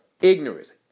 Ignorance